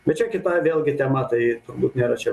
bet čia kita vėlgi tema tai turbūt nėra čia